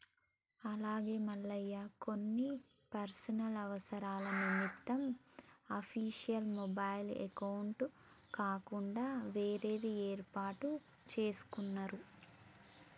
అలాగే మల్లయ్య కొన్ని పర్సనల్ అవసరాల నిమిత్తం అఫీషియల్ మొబైల్ అకౌంట్ కాకుండా వేరేది ఏర్పాటు చేసుకున్నాను